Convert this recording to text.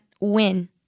win